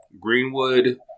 Greenwood